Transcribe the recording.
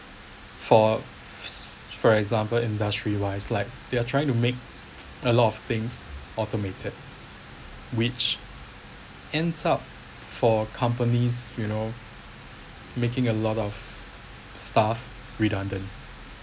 for for example industry wise like they are trying to make a lot of things automated which ends up for companies you know making a lot of stuff redundant